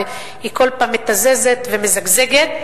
והיא כל פעם מתזזת ומזגזגת.